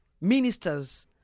ministers